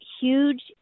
huge